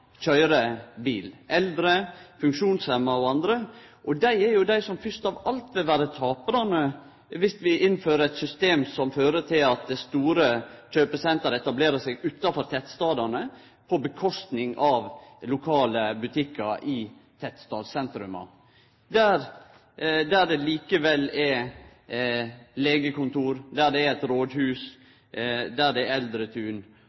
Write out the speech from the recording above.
køyre bil – eldre, funksjonshemma og andre – og dei er jo dei som fyrst av alt vil vere taparane viss vi innfører eit system som fører til at dei store kjøpesentra etablerer seg utanfor tettstadene, på kostnad av lokale butikkar i tettstadssentra der det likevel er legekontor, der det er eit rådhus, der det er